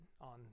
on